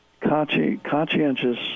conscientious